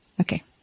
Okay